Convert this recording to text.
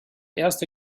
erste